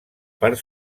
part